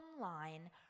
line